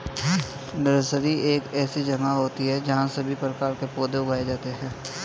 nursery एक ऐसी जगह होती है जहां सभी प्रकार के पौधे उगाए जाते हैं